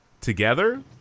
together